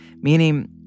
Meaning